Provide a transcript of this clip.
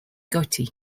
gotti